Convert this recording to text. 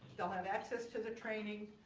they'll have access to the training.